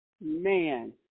man